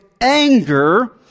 anger